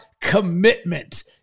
commitment